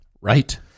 Right